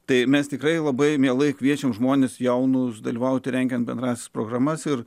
tai mes tikrai labai mielai kviesime žmones jaunus dalyvauti rengiant bendras programas ir